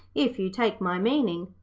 if you take my meaning.